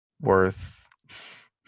worth